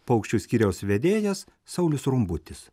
paukščių skyriaus vedėjas saulius rumbutis